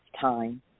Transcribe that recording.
time